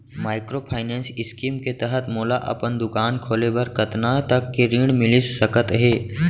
Microfinance scheme के तहत मोला अपन दुकान खोले बर कतना तक के ऋण मिलिस सकत हे?